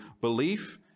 belief